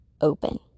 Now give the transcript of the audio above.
open